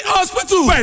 Hospital